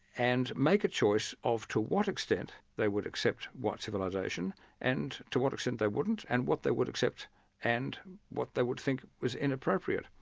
and make a choice of to what extent they would accept white civilisation and to what extent they wouldn't and what they would accept and what they would think was inappropriate.